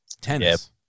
Tennis